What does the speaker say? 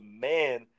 man